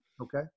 Okay